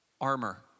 armor